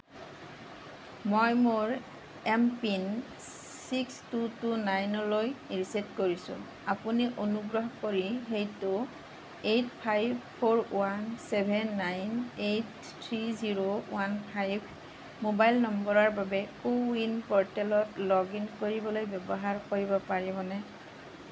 মই মোৰ M PIN six two two নাইনলৈ ৰিছেট কৰিছোঁ আপুনি অনুগ্ৰহ কৰি সেইটো eight five four one seven nine eight three zero one five mobile নম্বৰৰ বাবে কো ৱিন প'ৰ্টেলত লগ ইন কৰিবলৈ ব্যৱহাৰ কৰিব পাৰিবনে